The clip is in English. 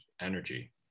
energy